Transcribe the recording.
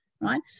right